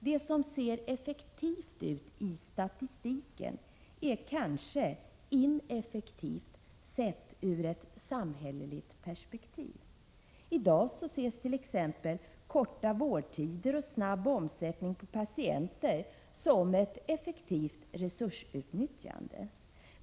Det som ser effektivt ut i statistiken är kanske ineffektivt sett ur ett samhälleligt perspektiv. I dag anses t.ex. korta vårdtider och snabb omsättning på patienter vara ett effektivt resursutnyttjande.